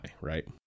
right